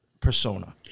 persona